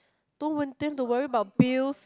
don't want them to worry about bills